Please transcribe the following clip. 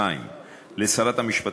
2. לשרת המשפטים,